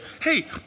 hey